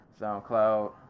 SoundCloud